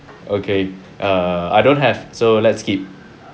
okay err I don't have so let's skip